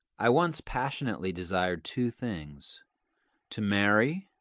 i once passionately desired two things to marry,